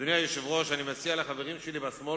אדוני היושב-ראש, אני מציע לחברים שלי בשמאל